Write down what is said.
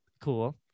Cool